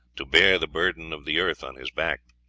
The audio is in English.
to bear the burden of the earth on his back.